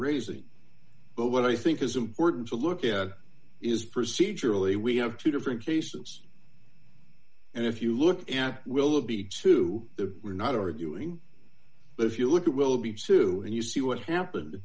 raising but what i think is important to look at is procedurally we have two different cases and if you look at willoughby to the we're not arguing but if you look at will be two and you see what happened